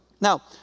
Now